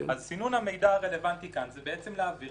סינון המידע הרלוונטי כאן זה להעביר